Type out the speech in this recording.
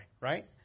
right